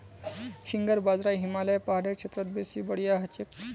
finger बाजरा हिमालय पहाड़ेर क्षेत्रत बेसी बढ़िया हछेक